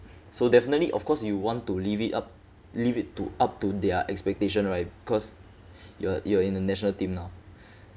so definitely of course you want to live it up live it to up to their expectation right cause you're you're in a national team now